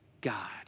God